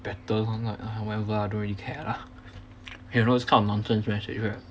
better [one] I'm like whatever I don't really care lah you know this kind of nonsense message right